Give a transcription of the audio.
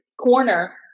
corner